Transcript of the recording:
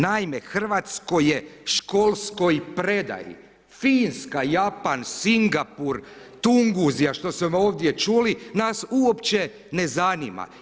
Naime, hrvatskoj je školskoj predaji Finska, Japan, Singapur, Tunguzija što smo ovdje čuli nas uopće ne zanima.